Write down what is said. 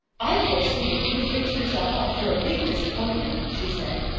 i foresee that you've fixed yourself up for a big disappointment, she said.